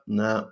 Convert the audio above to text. no